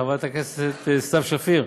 חברת הכנסת סתיו שפיר,